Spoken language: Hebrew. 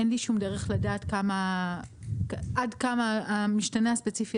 אין לי שום דרך לדעת עד כמה המשתנה הספציפי